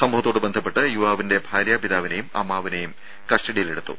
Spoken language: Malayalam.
സംഭവത്തോട് ബന്ധപ്പെട്ട് യുവാവിന്റെ ഭാര്യാ പിതാവിനെയും അമ്മാവനെയും കസ്റ്റഡിയിൽ എടുത്തു